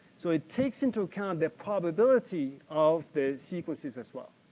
so, it takes into account the probability of the sequences as well.